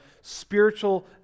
spiritual